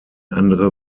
andere